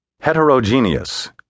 Heterogeneous